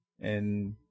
and-